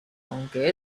aunque